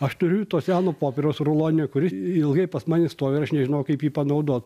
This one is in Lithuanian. aš turiu to seno popieriaus ruloninio kuri ilgai pas mane stovi ir aš nežinojau kaip jį panaudot